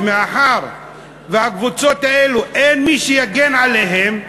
ומאחר שהקבוצות האלה, אין מי שיגן עליהן,